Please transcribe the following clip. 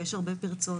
ויש הרבה פריצות,